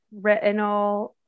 retinol